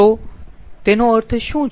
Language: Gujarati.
તો તેનો અર્થ શું છે